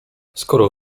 skoro